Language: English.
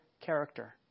character